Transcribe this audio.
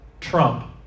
trump